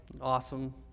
Awesome